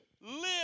live